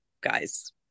guys